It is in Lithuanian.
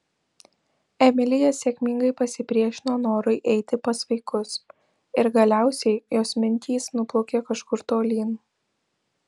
emilija sėkmingai pasipriešino norui eiti pas vaikus ir galiausiai jos mintys nuplaukė kažkur tolyn